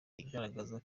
igaragaza